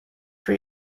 for